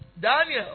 Daniel